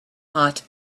hot